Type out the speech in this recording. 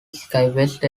skywest